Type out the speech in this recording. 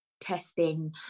testing